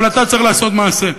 אבל אתה צריך לעשות מעשה.